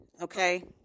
Okay